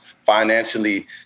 financially